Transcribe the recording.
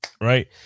right